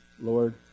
lord